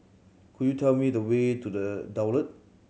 could you tell me the way to The Daulat